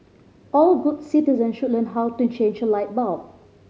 all good citizens should learn how to change a light bulb